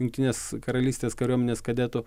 jungtinės karalystės kariuomenės kadetų